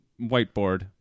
whiteboard